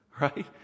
right